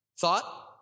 Thought